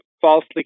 falsely